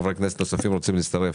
ואם חברי כנסת נוספים רוצים להצטרף,